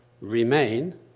remain